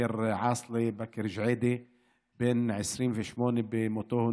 בקר עאסלה, בן 28 במותו.